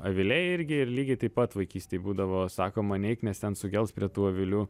aviliai irgi ir lygiai taip pat vaikystėj būdavo sakoma neik nes ten sugels prie tų avilių